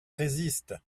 résiste